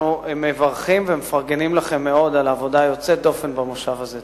אנחנו מברכים ומפרגנים לכם מאוד על העבודה היוצאת דופן במושב הזה.